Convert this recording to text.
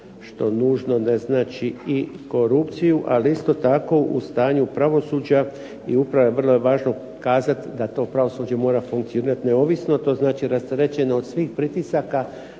što nužno ne znači i korupciju. Ali isto tako u stanju pravosuđa i uprave vrlo je važno kazati da to pravosuđe mora funkcionirat neovisno, to znači rasterećeno od svih pritisaka,